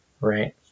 right